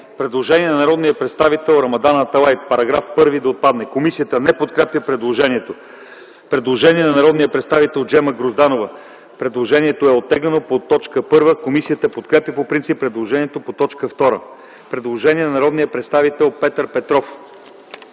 Предложение от народния представител Рамадан Аталай, § 1 да отпадне. Комисията не подкрепя предложението. Предложение от народния представител Джема Грозданова. Предложението е оттеглено по т. 1. Комисията подкрепя по принцип предложението по т. 2. Предложение от народния представител Петър Петров.